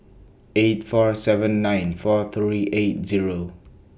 eight four seven nine four three eight Zero